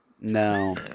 No